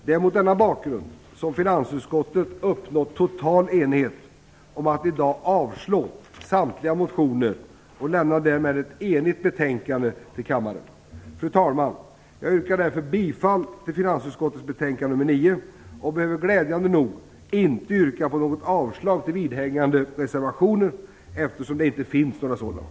Det är mot denna bakgrund som finansutskottet uppnått total enighet om att avstyrka samtliga motioner och lämna ett enigt betänkande till kammaren. Fru talman! Jag yrkar därför bifall till finansutskottets hemställan i betänkande 9 och behöver glädjande nog inte yrka avslag på vidhängande reservationer, eftersom det inte finns några sådana.